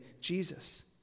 Jesus